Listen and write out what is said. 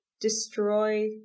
destroy